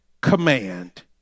command